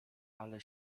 ale